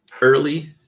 early